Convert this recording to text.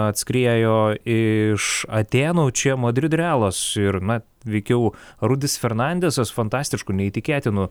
atskriejo iš atėnų o čia madrido realas ir na veikiau rudis fernandesas fantastišku neįtikėtinu